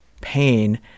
pain